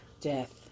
death